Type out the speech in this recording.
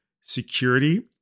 security